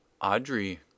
Audrey